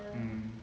mm